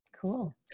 Cool